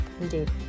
Indeed